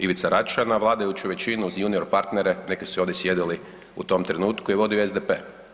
Ivica Račan, a vladajuću većinu uz junior partnere, neki su i ovdje sjedili u tom trenutku je vodio SDP.